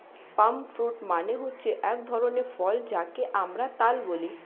পাম fruit মানে হচ্ছে এক ধরনের ফল যাকে আমরা তাল বলি